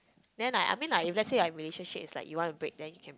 then like I mean like if let's say our relationship is like you want to break then you can